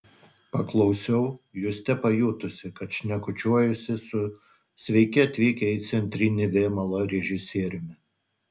paklausiau juste pajutusi kad šnekučiuojuosi su sveiki atvykę į centrinį vėmalą režisieriumi